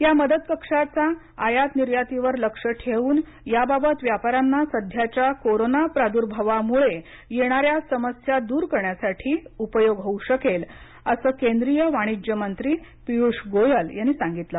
या मदत कक्षाचा आयात निर्यातीवर लक्ष ठेऊन याबाबत व्यापाऱ्यांना सध्याच्या कोरोना प्रादुर्भावामुळे येणाऱ्या समस्या दूर करण्यासाठी उपयोग होऊ शकेल अस केंद्रीय वाणिज्य मंत्री पियुष गोयल यांनी सांगितल